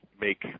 make